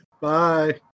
Bye